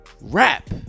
rap